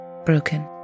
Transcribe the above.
broken